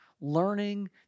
learning